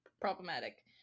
Problematic